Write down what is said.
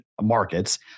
markets